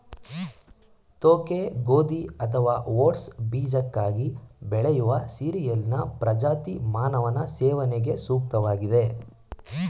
ತೋಕೆ ಗೋಧಿ ಅಥವಾ ಓಟ್ಸ್ ಬೀಜಕ್ಕಾಗಿ ಬೆಳೆಯುವ ಸೀರಿಯಲ್ನ ಪ್ರಜಾತಿ ಮಾನವನ ಸೇವನೆಗೆ ಸೂಕ್ತವಾಗಿದೆ